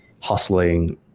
hustling